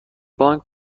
بانک